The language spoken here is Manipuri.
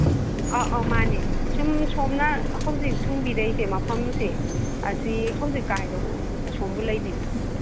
ꯑꯥ ꯑꯥ ꯃꯥꯅꯦ ꯁꯨꯝ ꯁꯣꯝꯅ ꯍꯧꯖꯤꯛ ꯊꯨꯡꯕꯤꯗꯣꯏꯁꯦ ꯃꯐꯝꯁꯦ ꯑꯁꯤ ꯍꯧꯖꯤꯛ ꯀꯥꯏꯗ ꯑꯁꯣꯝꯕꯨ ꯂꯩꯕꯤꯒꯦ